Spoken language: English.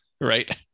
right